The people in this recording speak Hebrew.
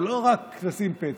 זה לא רק לשים פתק,